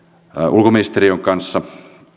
ulkoministeriön kanssa